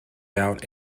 out